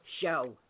show